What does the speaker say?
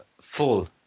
full